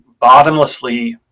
bottomlessly